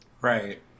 Right